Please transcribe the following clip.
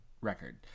record